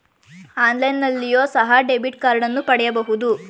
ಆನ್ಲೈನ್ನಲ್ಲಿಯೋ ಸಹ ಡೆಬಿಟ್ ಕಾರ್ಡನ್ನು ಪಡೆಯಬಹುದು